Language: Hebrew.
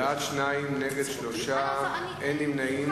בעד, 2, נגד, 3, אין נמנעים.